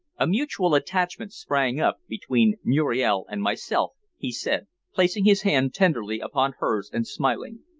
a mutual attachment sprang up between muriel and myself, he said, placing his hand tenderly upon hers and smiling,